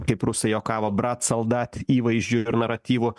kaip rusai juokavo bratz aldat įvaizdžiu ir naratyvu